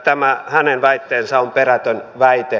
tämä hänen väitteensä on perätön väite